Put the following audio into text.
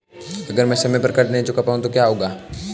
अगर मैं समय पर कर्ज़ नहीं चुका पाया तो क्या होगा?